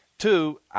Two